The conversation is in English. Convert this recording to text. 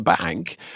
Bank